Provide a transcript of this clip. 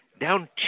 down